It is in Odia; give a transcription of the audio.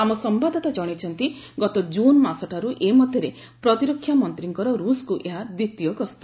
ଆମ ସମ୍ଭାଦଦାତା ଜଣାଇଛନ୍ତି ଗତ ଜୁନ୍ ମାସଠାରୁ ଏ ମଧ୍ୟରେ ପ୍ରତିରକ୍ଷା ମନ୍ତ୍ରୀଙ୍କର ରୁଷ୍କୁ ଏହା ଦ୍ୱିତୀୟ ଗସ୍ତ